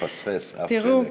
אני, כדי לא לפספס אף חלק.